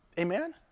Amen